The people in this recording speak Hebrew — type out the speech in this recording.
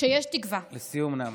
שיש תקווה, לסיום, נעמה.